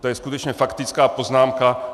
To je skutečně faktická poznámka.